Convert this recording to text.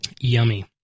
Yummy